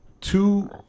two